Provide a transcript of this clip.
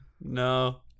No